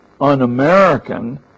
un-American